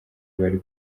bari